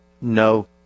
no